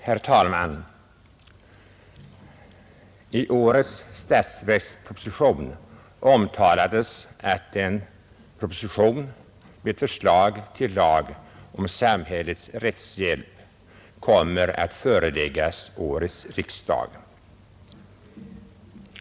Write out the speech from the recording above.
Herr talman! I årets statsverksproposition omtalades att en proposition med förslag till lag om samhällets rättshjälp skall föreläggas årets riksdag.